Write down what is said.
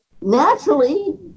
naturally